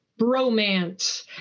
bromance